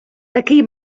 такий